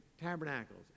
tabernacles